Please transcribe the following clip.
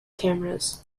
cameras